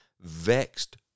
vexed